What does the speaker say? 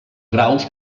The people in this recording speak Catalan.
graus